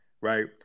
right